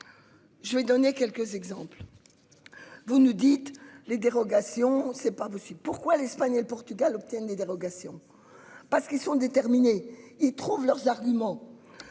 Je vais donner quelques exemples. Vous nous dites les dérogations, c'est pas possible. Pourquoi l'Espagne et le Portugal obtiennent des dérogations parce qu'ils sont déterminés, ils trouvent leurs arguments.